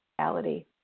reality